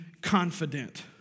confident